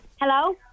Hello